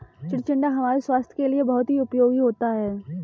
चिचिण्डा हमारे स्वास्थ के लिए बहुत उपयोगी होता है